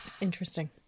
Interesting